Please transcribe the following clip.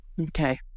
Okay